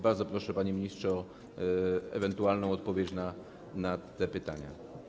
Bardzo proszę, panie ministrze o ewentualną odpowiedź na te pytania.